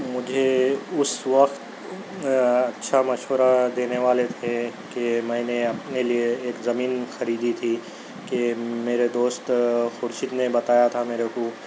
مجھے اس وقت اچھا مشورہ دینے والے تھے کہ میں نے اپنے لیے ایک زمین خریدی تھی کہ میرے دوست خورشید نے بتایا تھا میرے کو